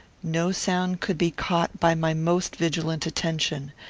no sound could be caught by my most vigilant attention.